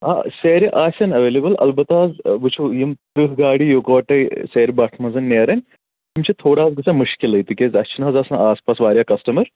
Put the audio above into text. آ سیرِ آسن اویلیبٕل البتہ حظ وٕچھو یِم تٕرٛہ گاڑِ یِکوٹے سیرِ بٹھ منٛز نیران یِم چھِ تھوڑا حظ گژھان مُشکِلٕے تِکیٛازِ اَسہِ چھُنہٕ حظ آسان آس پاس واریاہ کَسٹمَر